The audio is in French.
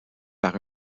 par